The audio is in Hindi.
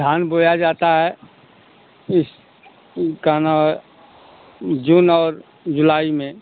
धान बोया जाता है इस क्या नाम है जून और जुलाई में